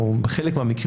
או בחלק מהמקרים,